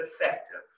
effective